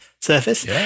Surface